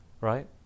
right